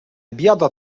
biada